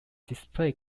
display